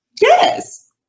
Yes